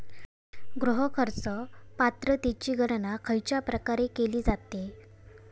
गृह कर्ज पात्रतेची गणना खयच्या प्रकारे केली जाते?